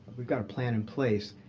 we've got a plan in place.